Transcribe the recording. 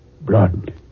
Blood